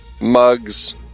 mugs